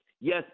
yes